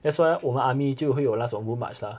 that's why 我们 army 就会有那种 group march lah